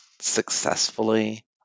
successfully